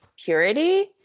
purity